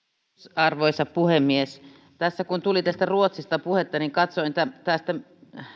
arvoisa puhemies kun tuli ruotsista puhetta niin katsoin tästä